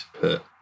put